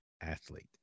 athlete